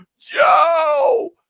Joe